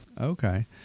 Okay